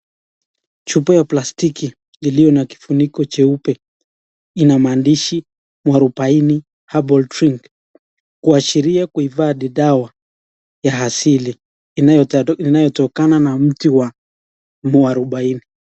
Chupa ya plastiki iliyo na kifuniko cheupe ina maandishi muarubaini herbal drink kuashiria kuhifadhi dawa ya asili inayotokana na mti wa mwarubaini.